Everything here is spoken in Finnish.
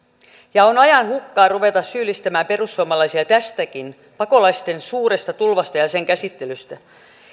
ja on ajanhukkaa ruveta syyllistämään perussuomalaisia tästäkin pakolaisten suuresta tulvasta ja ja sen käsittelystä